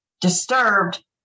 disturbed